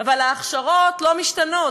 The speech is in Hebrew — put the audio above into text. אבל ההכשרות לא משתנות.